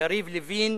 יריב לוין,